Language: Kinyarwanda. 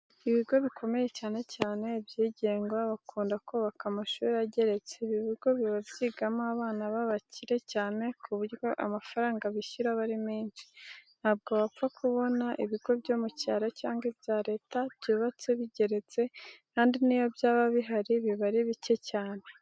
Ibigo bikomeye, cyane cyane ibyigenga bakunda kubaka amashuri ageretse. Ibi bigo biba byigamo abana b'abakire cyane ku buryo amafaranga bishyura aba ari menshi. Ntabwo wapfa kubona ibigo byo mu cyaro cyangwa ibya leta byubatse bigeretse kandi n'iyo byaba bihari biba ari bike cyane.